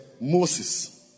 Moses